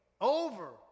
over